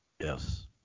Yes